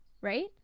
right